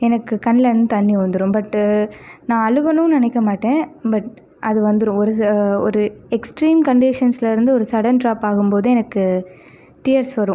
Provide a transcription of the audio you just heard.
எனக்கு கண்ணில் இருந்து தண்ணி வந்துடும் பட் நான் அழுகணும்னு நினைக்க மாட்டேன் பட் அது வந்துடும் ஒரு ஒரு எக்ஸ்ட்ரீம் கண்டிஷன்ஸில் இருந்து சடன் ட்ராப் ஆகும் போது எனக்கு டீயர்ஸ் வரும்